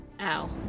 Ow